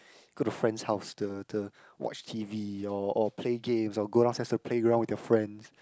go to friend's house the the watch t_v your or play games or go downstairs to playground with your friends